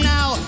Now